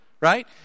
right